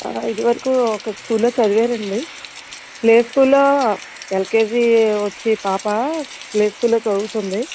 ఇదివరకు ఒక స్కూల్లో చదివారండి ప్లే స్కూల్లో ఎల్కేజీ వచ్చి పాప ప్లే స్కూల్లో చదువుతుంది